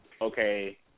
okay